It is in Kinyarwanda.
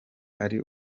ari